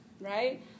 right